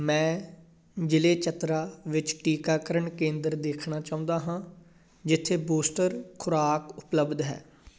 ਮੈਂ ਜ਼ਿਲੇ ਚਤਰਾ ਵਿੱਚ ਟੀਕਾਕਰਨ ਕੇਂਦਰ ਦੇਖਣਾ ਚਾਹੁੰਦਾ ਹਾਂ ਜਿੱਥੇ ਬੂਸਟਰ ਖੁਰਾਕ ਉਪਲਬਧ ਹੈ